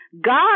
God